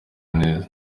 neza